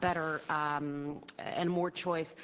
better and more choice.